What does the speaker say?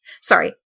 Sorry